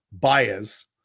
buyers